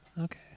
okay